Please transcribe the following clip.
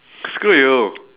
screw you